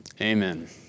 Amen